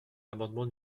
l’amendement